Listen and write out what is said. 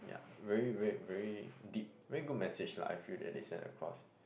yea very very very deep very good message lah I feel that they send across